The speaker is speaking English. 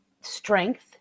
strength